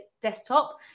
desktop